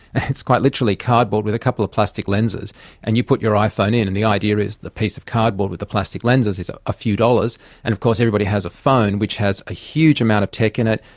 and it's quite literally cardboard with a couple of plastic lenses and you put your iphone in, and the idea is the piece of cardboard with the plastic lenses is a a few dollars and of course everybody has a phone which has a huge amount of tech in it,